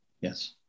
Yes